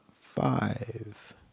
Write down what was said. five